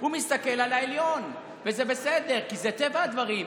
הוא מסתכל על העליון, וזה בסדר, כי זה טבע הדברים.